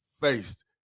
faced